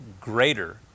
greater